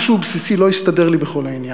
משהו בסיסי לא הסתדר לי בכל העניין.